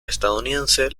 estadounidense